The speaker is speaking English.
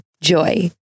Joy